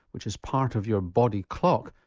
which is part of your body clock,